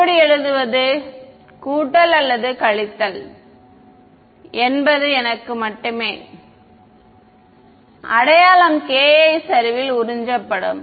எப்படி எழுதுவது கூட்டல் அல்லது கழித்தல் என்பது எனக்கு மட்டுமே அடையாளம் ki சரிவில் உறிஞ்சப்படும்